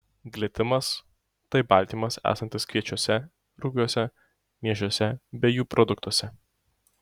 glitimas tai baltymas esantis kviečiuose rugiuose miežiuose bei jų produktuose